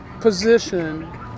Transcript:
position